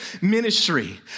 ministry